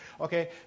Okay